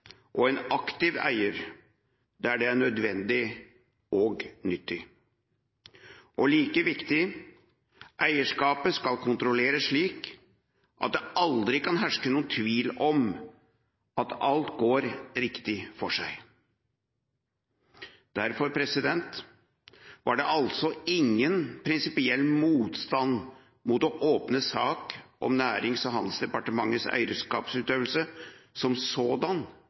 og en aktiv eier – der det er nødvendig og nyttig. Like viktig er det at eierskapet skal kontrolleres slik at det aldri kan herske noen tvil om at alt går riktig for seg. Derfor ville det ikke vært noen prinsipiell motstand fra regjeringspartiene mot å åpne sak om Nærings- og handelsdepartementets eierskapsutøvelse som sådan